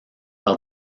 par